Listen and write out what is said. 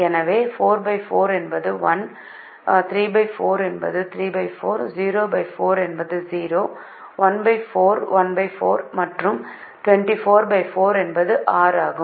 எனவே 44 என்பது 1 34 என்பது 34 04 என்பது 0 14 14 மற்றும் 244 என்பது 6 ஆகும்